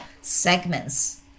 segments